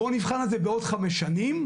בואו נבחן את זה בעוד חמש שנים,